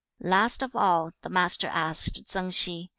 last of all, the master asked tsang hsi,